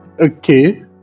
Okay